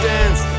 Dance